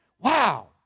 Wow